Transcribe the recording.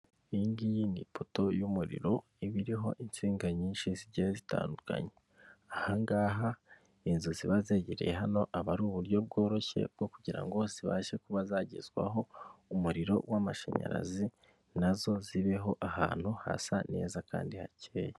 Iyingiyi ni ipoto y'umuriro iba iriho insinga nyinshi zigiye zitandukanye, ahangaha inzu ziba zegereye hano aba ari uburyo bworoshye bwo kugirango zibashe kuba zagezwaho umuriro w'amashanyarazi nazo zibeho ahantu hasa neza kandi hakeye.